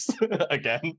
again